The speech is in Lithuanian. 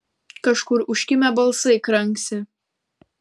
kažkur užkimę balsai kranksi